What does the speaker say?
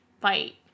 fight